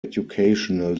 educational